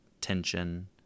tension